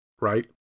right